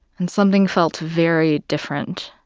and something felt very different.